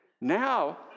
Now